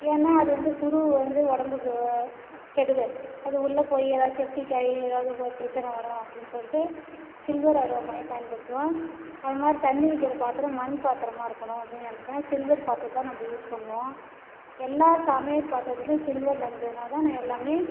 ஏன்னா அது வந்து துரு வந்து உடம்புக்கு கெடுதல் அது உள்ளே போய் எதாவது செப்டிக் ஆயி எதாவது ப பிரசன்ன வரும் அப்படினு சொல்லிவிட்டு சில்வர் அருவாமனையை பயன்படுத்துவோம் அது மாரி தண்ணி வைக்கிற பாத்திரம் மண் பாத்திரமா இருக்கனும் அப்படினு நினப்பேன் சில்வர் பாத்திரம்தா நம்ப யூஸ் பண்ணுவோம் எல்லா சமையல் பாத்திரத்திலையும் சில்வரில் இருந்ததுனாதான் நான் எல்லாமே